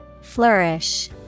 Flourish